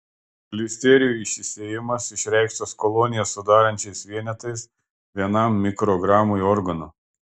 listerijų išsisėjimas išreikštas kolonijas sudarančiais vienetais vienam mikrogramui organo